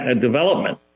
development